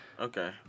Okay